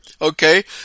Okay